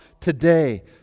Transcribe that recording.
today